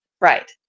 right